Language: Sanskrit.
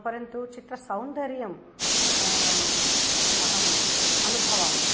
परन्तु चित्रसौन्दर्यम् अहं अनुभवामि